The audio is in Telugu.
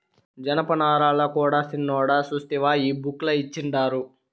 జనపనారల కూడా సిన్నోడా సూస్తివా ఈ బుక్ ల ఇచ్చిండారు